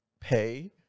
pay